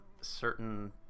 certain